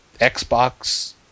Xbox